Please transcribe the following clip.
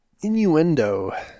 innuendo